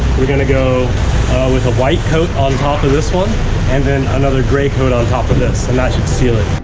we're going to go with a white coat on top of this one and then another gray coat on top of this. and that should seal it.